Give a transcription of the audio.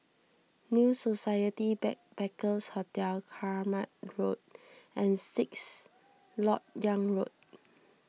New Society Backpackers' Hotel Kramat Road and Sixth Lok Yang Road